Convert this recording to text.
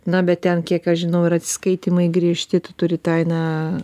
na bet ten kiek aš žinau ir atsiskaitymai griežti tu turi tai na